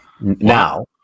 Now